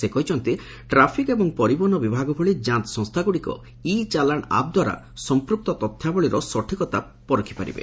ସେ କହିଛନ୍ତି ଟ୍ରାଫିକ୍ ଏବଂ ପରିବହନ ବିଭାଗ ଭଳି ଯାଞ୍ଚ ସଂସ୍ଥାଗ୍ରଡ଼ିକ ଇ ଚାଲାଣ ଆପ୍ ଦ୍ୱାରା ସମ୍ପୁକ୍ତ ତଥ୍ୟାବଳୀର ସଠିକତା ପରଖି ପାରିବେ